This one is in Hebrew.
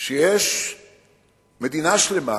שיש מדינה שלמה